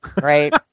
right